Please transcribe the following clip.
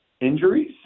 injuries